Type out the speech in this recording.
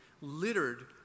littered